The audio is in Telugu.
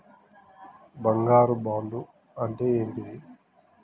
బంగారు బాండు అంటే ఏంటిది?